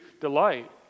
delight